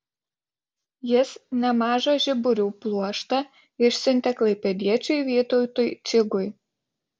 jis nemažą žiburių pluoštą išsiuntė klaipėdiečiui vytautui čigui